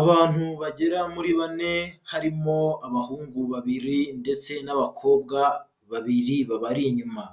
Abantu bagera muri bane harimo abahungu babiri, ndetse n'abakobwa babiri babari inyuma.